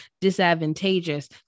disadvantageous